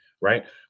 right